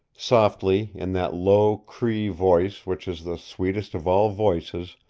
softly, in that low cree voice which is the sweetest of all voices,